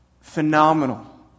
phenomenal